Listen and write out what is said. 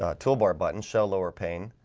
ah toolbar button show lower pane